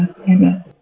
Amen